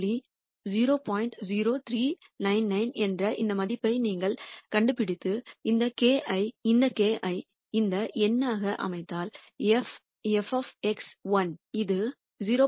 0399 என்ற இந்த மதிப்பை நீங்கள் கண்டுபிடித்து இந்த k ஐ இந்த எண்ணாக அமைத்தால் f 1 இது 0